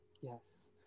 Yes